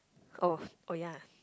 oh oh ya